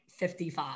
55